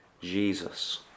Jesus